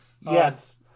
Yes